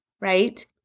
right